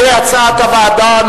כהצעת הוועדה.